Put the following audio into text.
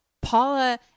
Paula